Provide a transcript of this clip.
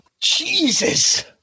Jesus